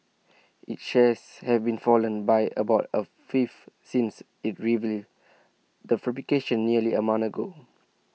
its shares have been fallen by about A fifth since IT revealed the fabrication nearly A month ago